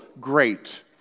great